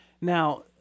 Now